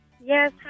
Yes